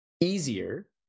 easier